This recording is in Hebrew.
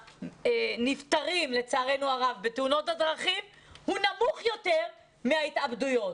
הנפטרים לצערנו הרב בתאונות הדרכים הוא נמוך יותר ממספר המתאבדים.